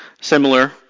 similar